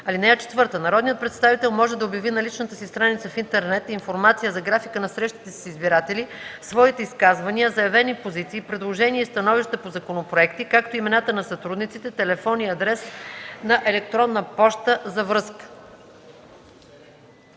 комисия. (4) Народният представител може да обяви на личната си страница в интернет информация за графика на срещите си с избиратели, своите изказвания, заявени позиции, предложения и становища по законопроекти, както и имената на сътрудниците, телефон и адрес на електронна поща за връзка.”